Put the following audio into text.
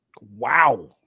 Wow